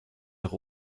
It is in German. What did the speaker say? nach